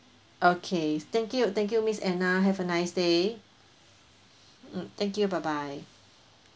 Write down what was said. okay thank you thank you miss anna have a nice day thank you bye bye